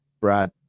Brad